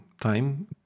time